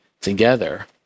together